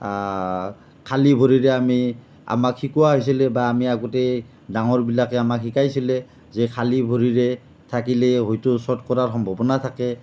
খালী ভৰিৰে আমি আমাক শিকোৱা হৈছিলে বা আমি আগতে ডাঙৰবিলাকে আমাক শিকাইছিলে যে খালী ভৰিৰে থাকিলে হয়তো শ্ৱৰ্ট কৰাৰ সম্ভাৱনা থাকে